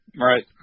Right